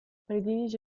predilige